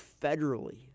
federally